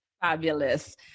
Fabulous